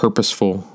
Purposeful